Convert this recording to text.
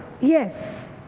Yes